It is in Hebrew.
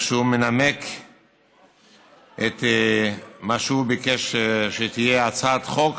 שהוא מנמק את מה שהוא ביקש שתהיה הצעת חוק